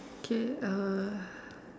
okay uh